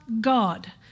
God